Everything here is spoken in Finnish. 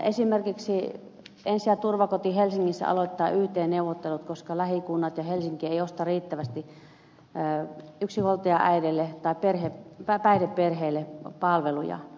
esimerkiksi ensi ja turvakoti helsingissä aloittaa yt neuvottelut koska lähikunnat ja helsinki eivät osta riittävästi yksinhuoltajaäideille tai päihdeperheille palveluja